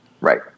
Right